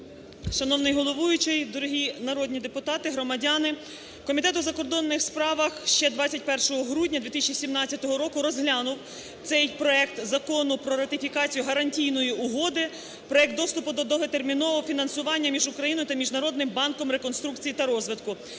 Шановний головуючий, дорогі народні депутати, громадяни! Комітет у закордонних справах ще 21 грудня 2017 року розглянув цей проект Закону про ратифікацію Гарантійної угоди (Проект доступу до довготермінового фінансування) між Україною та Міжнародним банком реконструкції та розвитку